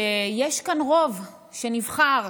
שיש כאן רוב שנבחר